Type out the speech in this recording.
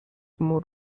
more